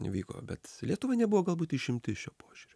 vyko bet lietuva nebuvo galbūt išimtis šiuo požiūriu